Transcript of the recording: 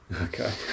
Okay